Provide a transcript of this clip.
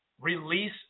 release